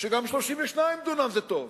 שגם 32 דונם זה טוב,